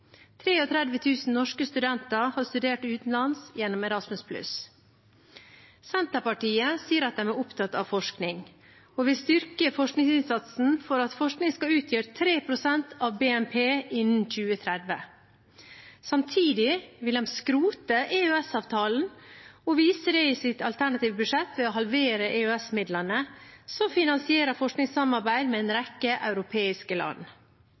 norske studenter har studert utenlands gjennom Erasmus+. Senterpartiet sier de er opptatt av forskning, og vil styrke forskningsinnsatsen for at forskning skal utgjøre 3 pst. av BNP innen 2030. Samtidig vil de skrote EØS-avtalen og viser det i sitt alternative budsjett ved å halvere EØS-midlene som finansierer forskningssamarbeid med en rekke europeiske land.